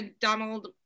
Donald